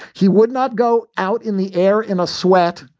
he would not go out in the air in a sweat.